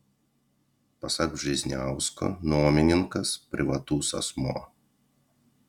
pasak vžesniausko nuomininkas privatus asmuo